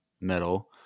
metal